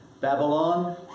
Babylon